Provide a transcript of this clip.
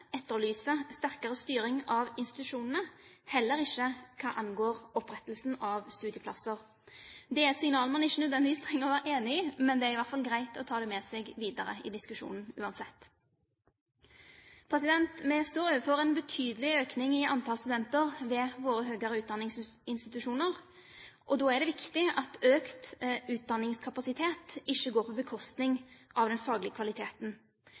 etterlyser sterkere styring av institusjonene, heller ikke hva angår opprettelsen av studieplasser. Det er et signal man ikke nødvendigvis trenger å være enig i, men det er i hvert fall greit å ta det med seg videre i diskusjonen, uansett. Vi står overfor en betydelig økning i antall studenter ved våre høyere utdanningsinstitusjoner. Da er det viktig at økt utdanningskapasitet ikke går på bekostning av den faglige kvaliteten.